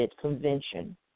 convention